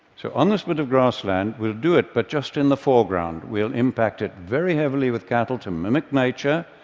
so on this bit of grassland, we'll do it, but just in the foreground. we'll impact it very heavily with cattle to mimic nature,